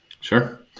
Sure